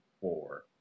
four